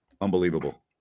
Unbelievable